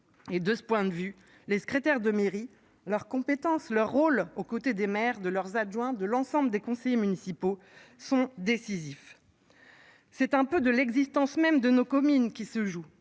et de ce point de vue les secrétaires de mairie à compétences leur rôle au côté des mères de leurs adjoints de l'ensemble des conseillers municipaux sont décisifs. C'est un peu de l'existence même de nos communes qui se joue,